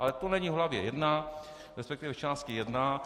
Ale to není v hlavě jedna, respektive v části jedna.